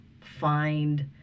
find